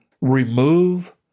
remove